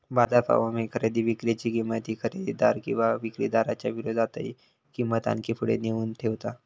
बाजार प्रभावामुळे खरेदी विक्री ची किंमत ही खरेदीदार किंवा विक्रीदाराच्या विरोधातही किंमत आणखी पुढे नेऊन ठेवता